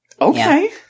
Okay